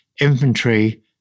infantry